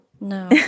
No